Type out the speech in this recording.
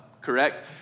correct